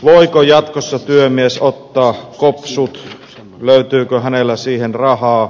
voiko jatkossa työmies ottaa kopsut löytyykö hänellä siihen rahaa